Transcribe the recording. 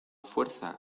fuerza